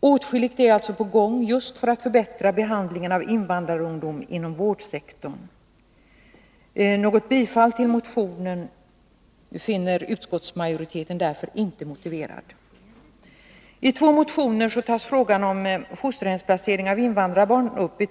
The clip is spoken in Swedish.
Åtskilligt är alltså på gång, just för att förbättra behandlingen av invandrarungdom inom vårdsektorn. Något bifall till motionen finner utskottsmajoriteten därför inte motiverat. IT två centermotioner tas frågan om fosterhemsplacering av invandrarbarn upp.